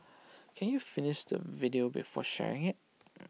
can you finish the video before sharing IT